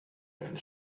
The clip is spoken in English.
and